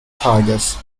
tigers